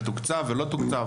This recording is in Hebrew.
ותוקצב ולא תוקצב.